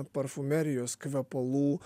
parfumerijos kvepalų